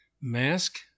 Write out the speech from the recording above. Mask